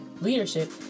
leadership